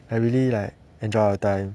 I really like enjoy all the time